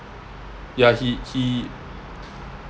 ya he he